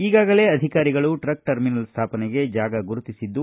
ಈಗಾಗಲೇ ಅಧಿಕಾರಿಗಳು truck terminal ಸ್ಥಾಪನೆಗೆ ಜಾಗ ಗುರುತಿಸಿದ್ದು